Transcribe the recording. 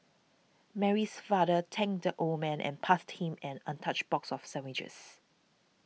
Mary's father thanked the old man and passed him an untouched box of sandwiches